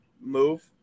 move